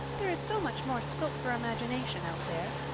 there is so much more scope for imagination out there.